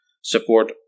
support